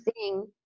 seeing